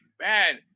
Man